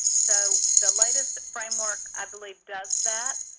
so the latest framework, i believe, does that,